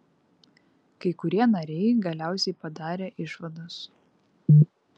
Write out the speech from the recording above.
kai kurie nariai galiausiai padarė išvadas